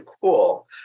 cool